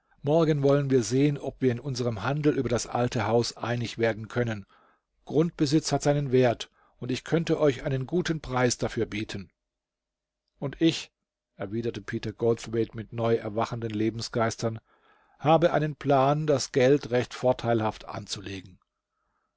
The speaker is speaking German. morgen wollen wir sehen ob wir in unserm handel über das alte haus einig werden können grundbesitz hat seinen wert und ich könnte euch einen guten preis dafür bieten und ich erwiderte peter goldthwaite mit neu erwachenden lebensgeistern habe einen plan das geld recht vorteilhaft anzulegen